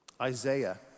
Isaiah